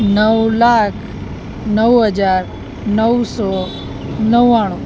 નવ લાખ નવ હજાર નવસો નવ્વાણું